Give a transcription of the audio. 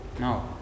No